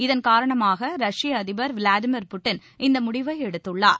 இதன் காரணமாக ரஷ்ய அதிபர் விலாடிமர் புடின் இந்த முடிவை எடுத்துள்ளார்